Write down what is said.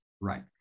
Right